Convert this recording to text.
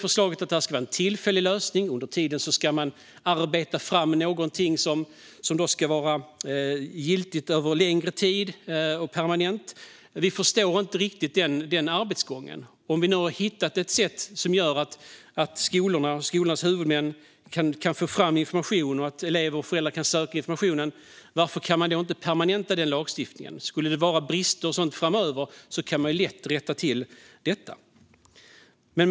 Förslaget nu är att det ska vara en tillfällig lösning. Under tiden ska man arbeta fram något som ska vara giltigt under längre tid och bli permanent. Vi förstår inte riktigt den arbetsgången. Om man har hittat ett sätt för skolorna och skolornas huvudmän att få fram information som även elever och föräldrar kan söka, varför kan man då inte permanenta den lagstiftningen? Om det skulle finnas brister kan de lätt rättas till framöver.